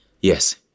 Yes